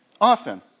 often